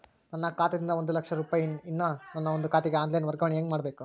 ನನ್ನ ಖಾತಾ ದಿಂದ ಒಂದ ಲಕ್ಷ ರೂಪಾಯಿ ನನ್ನ ಇನ್ನೊಂದು ಖಾತೆಗೆ ಆನ್ ಲೈನ್ ವರ್ಗಾವಣೆ ಹೆಂಗ ಮಾಡಬೇಕು?